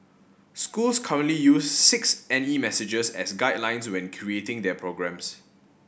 schools currently use six N E messages as guidelines when creating their programmes